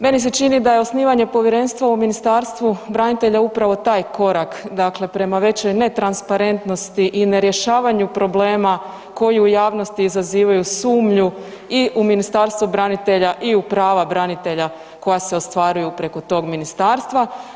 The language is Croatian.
Meni se čini da je osnivanje povjerenstva u Ministarstvu branitelja upravo taj korak, dakle prema većoj netransparentnosti i nerješavanju problema koju u javnosti izazivaju sumnju i u Ministarstvo branitelja i u prava branitelja koja se ostvaruju preko tog Ministarstva.